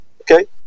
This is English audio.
okay